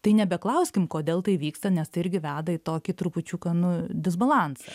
tai nebeklauskim kodėl tai vyksta nes tai irgi veda į tokį trupučiuką nu disbalansą